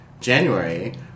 January